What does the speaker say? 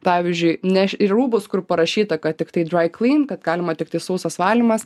pavyzdžiui neš ir rūbus kur parašyta kad tiktai drai klyn kad galima tiktai sausas valymas